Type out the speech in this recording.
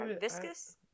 viscous